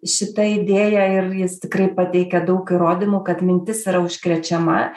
šita idėja ir jis tikrai pateikė daug įrodymų kad mintis yra užkrečiama